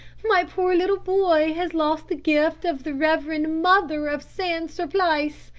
my poor little boy has lost the gift of the reverend mother of san surplice!